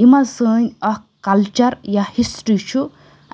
یِم حظ سٲنۍ اَکھ کَلچَر یا ہِسٹرٛی چھُ